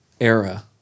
era